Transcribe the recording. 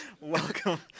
welcome